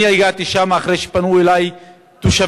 אני הגעתי לשם אחרי שפנו אלי תושבים,